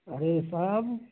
ارے صاحب